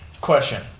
question